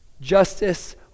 Justice